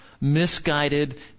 misguided